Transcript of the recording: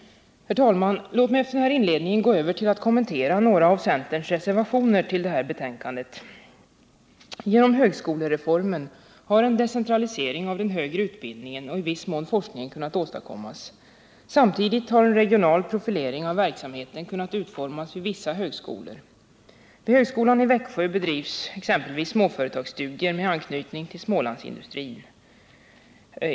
Herr talman! Låt mig efter denna inledning gå över till att kommentera några av centerns reservationer till det här betänkandet. Genom högskolereformen har en decentralisering av högre utbildning och i viss mån forskning kunnat åstadkommas. Samtidigt har en regional profilering av verksamheten kunnat utformas vid vissa högskolor. Vid högskolan i Växjö bedrivs exempelvis småföretagsstudier med anknytning till Smålandsindustrin.